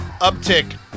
uptick